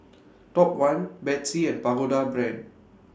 Top one Betsy and Pagoda Brand